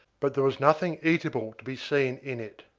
but there was nothing eatable to be seen in it.